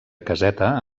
caseta